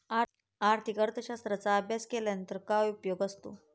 आर्थिक अर्थशास्त्राचा अभ्यास केल्यानंतर काय उपयोग असतो?